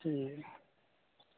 ठीक ऐ